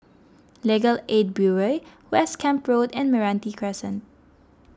Legal Aid Bureau West Camp Road and Meranti Crescent